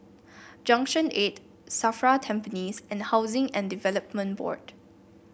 Junction Eight Safra Tampines and Housing and Development Board